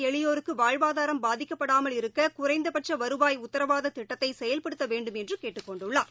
எளியோருக்குவாழ்வாதாரம் அவர் பாதிக்கப்படாமல் இருக்ககுறைந்தபட்சவருவாய் உத்தரவாததிட்டத்தைசெயல்படுத்தவேண்டும் என்றகேட்டுக்கொண்டுள்ளார்